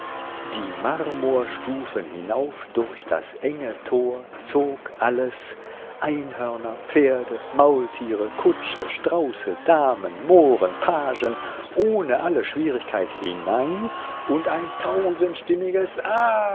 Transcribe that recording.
die marmorstufen hinauf durch das enge tor zog alles einhörner pferde maultiere kutsche strauße damen mohren pagen ohne alle schwierigkeit hinein und ein tausendstimmiges